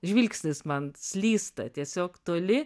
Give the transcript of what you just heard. žvilgsnis man slysta tiesiog toli